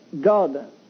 God